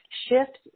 shift